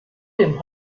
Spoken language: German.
dem